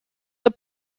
the